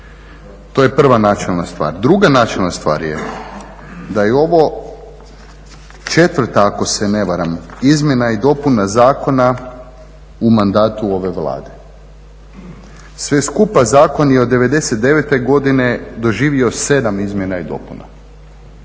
To je prva načelna stvar. Druga načelna stvar je da je ovo četvrta ako se ne varam izmjena i dopuna zakona u mandatu ove Vlade. Sve skupa zakon je od '99. godine doživio 7 izmjena i dopuna.